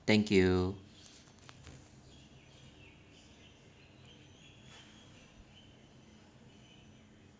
thank you